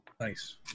Nice